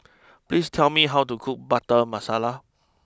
please tell me how to cook Butter Masala